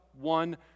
one